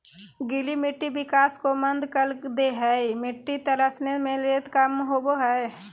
गीली मिट्टी विकास को मंद कर दे हइ मिटटी तरसने में रेत कम होबो हइ